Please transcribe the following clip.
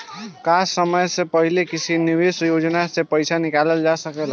का समय से पहले किसी निवेश योजना से र्पइसा निकालल जा सकेला?